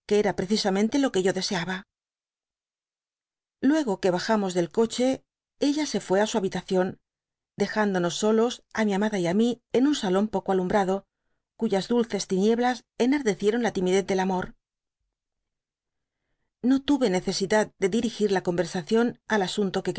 era precisamente lo que yo deseaba luego que bajamos del coche eua se fuó á su habitación dejándonos solos á mi amada y á dby google mi en un salón poco alumbrado cuyas dulces tinieblas enardecieron la timidez del amor no tuve necesidad de dirigir la conversación al asunto qué